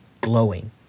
glowing